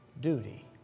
duty